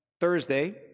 Thursday